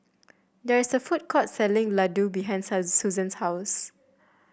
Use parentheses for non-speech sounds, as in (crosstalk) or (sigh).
there is a food court selling Ladoo behind (unintelligible) Susan's house